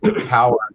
power